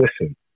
listen